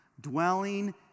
dwelling